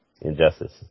Injustice